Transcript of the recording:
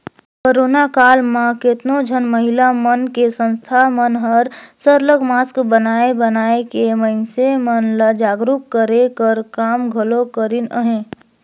corona काल म केतनो झन महिला मन के संस्था मन हर सरलग मास्क बनाए बनाए के मइनसे मन ल जागरूक करे कर काम घलो करिन अहें